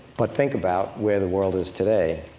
but think about where the world is today.